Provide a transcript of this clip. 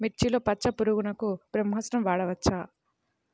మిర్చిలో పచ్చ పురుగునకు బ్రహ్మాస్త్రం వాడవచ్చా?